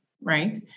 right